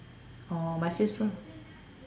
orh my sister